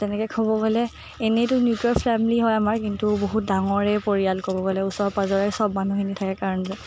তেনেকৈ ক'ব গ'লে এনেইতো নিউক্লিয়াৰ ফেমিলি হয় আমাৰ কিন্তু বহুত ডাঙৰে পৰিয়াল ক'ব গ'লে ওচৰে পাজৰে সব মানুহখিনি থাকে কাৰণে